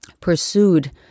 pursued